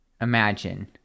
imagine